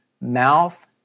mouth